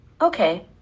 Okay